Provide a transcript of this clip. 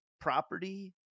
property